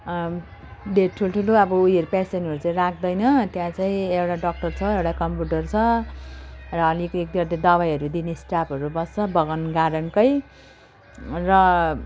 धेर ठुल्ठुलो अब उयोहरू पेसेन्टहरू चाहिँ राख्दैन त्यहाँ चाहिँ एउटा डक्टर छ एउटा कम्पाउन्डर छ र अलिकति त्यो दबाईहरू दिने स्टाफहरू बस्छ बगान गार्डनकै र